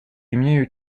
имею